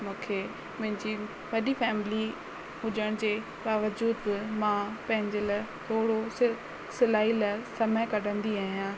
मूंखे मुंहिंजी वॾी फैमिली हुजण जे बावजूद बि मां पंहिंजे लाइ थोरो सिलाई लाइ समय कढंदी आहियां